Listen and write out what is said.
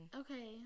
Okay